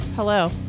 Hello